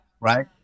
Right